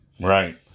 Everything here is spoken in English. Right